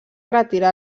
retirar